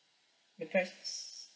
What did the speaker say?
you press